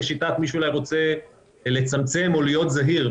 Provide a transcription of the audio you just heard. לשיטת מי שרוצה לצמצם או להיות זהיר,